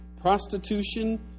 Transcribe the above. prostitution